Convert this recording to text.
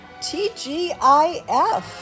TGIF